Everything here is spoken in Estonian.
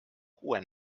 kuue